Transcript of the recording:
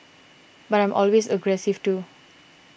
but I'm always aggressive too